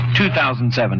2007